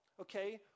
okay